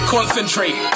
Concentrate